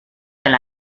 del